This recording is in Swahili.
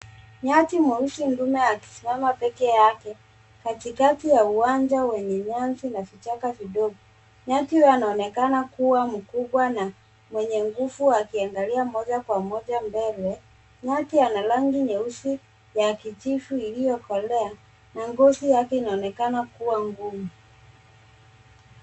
Nyati mweusi ndume akisimama pekee yake katikati ya uwanja wenye nyasi na vichaka vidogo. Nyati huyo anaonekana kuwa mkubwa na mwenye nguvu akiangalia moja kwa moja mbele. Nyati ana rangi nyeusi ya kijivu iliyokolea na ngozi yake inaonekana kuwa ngumu.